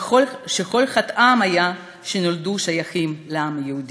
שכל חטאם היה שנולדו שייכים לעם היהודי.